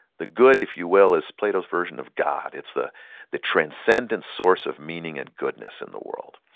the good, if you will, is plato's version of god. it's the the transcendent source of meaning and goodness in the world.